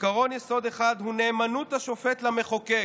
עקרון יסוד אחד הוא נאמנות השופט למחוקק.